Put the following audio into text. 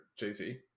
JT